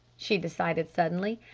she decided suddenly.